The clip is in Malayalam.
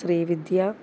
ശ്രീവിദ്യ